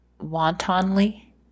wantonly